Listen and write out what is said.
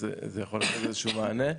אז זה יכול לתת איזשהו מענה,